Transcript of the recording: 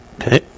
Okay